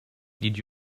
did